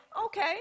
okay